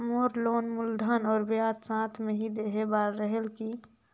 मोर loan मूलधन और ब्याज साथ मे ही देहे बार रेहेल की?